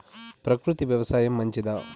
ప్రకృతి వ్యవసాయం మంచిదా?